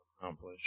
accomplish